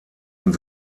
und